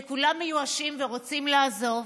עד שכולם מיואשים ורוצים לעזוב,